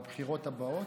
בבחירות הבאות,